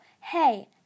Hey